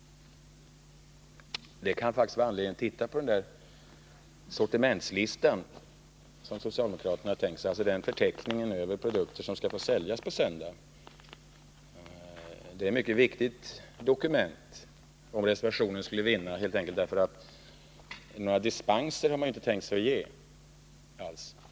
Det kan faktiskt vara anledning att titta på den sortimentslista som socialdemokraterna har tänkt sig, alltså den förteckning över produkter som skall få säljas på söndagar. Det är ett mycket viktigt dokument, ifall reservationen skulle vinna, helt enkelt därför att man inte har tänkt sig att ge några dispenser.